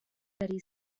very